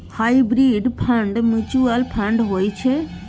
hybrid fund mutual fund होइ छै